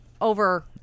over